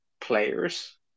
players